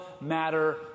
matter